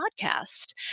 podcast